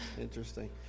interesting